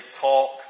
talk